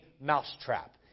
Mousetrap